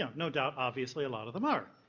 no no doubt, obviously, a lot of them are,